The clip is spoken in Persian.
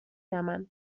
یمن